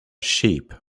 sheep